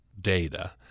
data